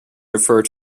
refer